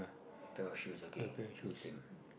pair of shoes okay same